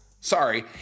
Sorry